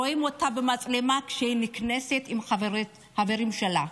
רואים אותה במצלמה כשהיא נכנסת עם חברים שלה,